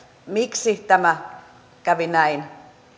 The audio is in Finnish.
miksi tämä kävi näin